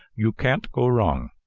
you can't go wrong.